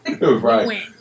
Right